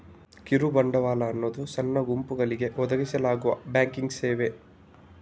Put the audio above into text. ಕಿರು ಬಂಡವಾಳ ಅನ್ನುದು ಸಣ್ಣ ಗುಂಪುಗಳಿಗೆ ಒದಗಿಸಲಾಗುವ ಬ್ಯಾಂಕಿಂಗ್ ಸೇವೆ